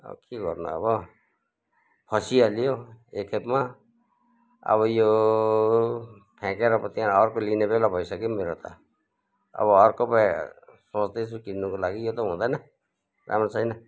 अब के गर्नु अब फसिहालियो एक खेपमा अब यो फ्याँकेर पो त्यहाँ अर्को लिने बेला भइसक्यो मेरो त अब अर्को पो सोँच्दैछु किन्नुको लागि यो त हुँदैन राम्रो छैन